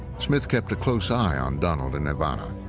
smith kept a close eye on donald and ivana.